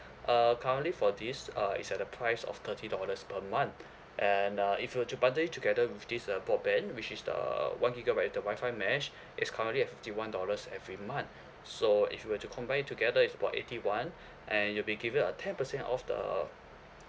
uh currently for this uh it's at a price of thirty dollars per month and uh if you were to bundle it together with this uh broadband which is the one gigabyte and the Wi-Fi mesh it's currently at fifty one dollars every month so if you were to combine it together it's about eighty one and you'll be given a ten percent off the